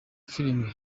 filime